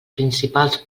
principals